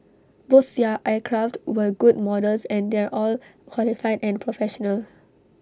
both their aircraft were good models and they're all qualified and professional